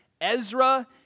Ezra